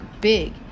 big